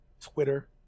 Twitter